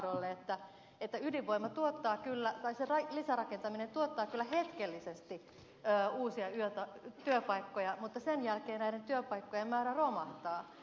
paaterolle että ette ydinvoima tuottaa kyllä kai ydinvoiman lisärakentaminen tuottaa kyllä hetkellisesti uusia työpaikkoja mutta sen jälkeen näiden työpaikkojen määrä romahtaa